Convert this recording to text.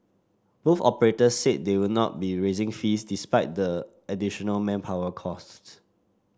both operators said they would not be raising fees despite the additional manpower costs